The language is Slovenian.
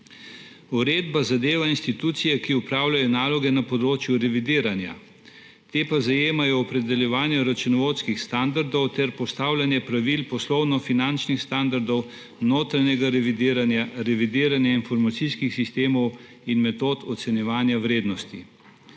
Uredba zadeva institucije, ki opravljajo naloge na področju revidiranja, te pa zajemajo opredeljevanje računovodskih standardov ter postavljanja pravil poslovno-finančnih standardov notranjega revidiranja, revidiranja informacijskih sistemov in metod ocenjevanja vrednosti.